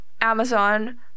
Amazon